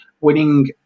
Winning